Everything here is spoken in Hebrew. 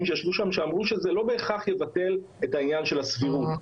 שישבו שם ואמרו שזה לא בהכרח יבטל את העניין של הסבירות.